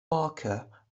barker